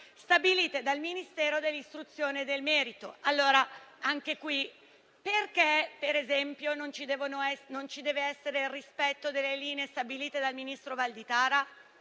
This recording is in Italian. stabilite dal Ministero dell'istruzione e del merito. Anche in questo caso, perché non deve esserci il rispetto delle linee stabilite dal ministro Valditara?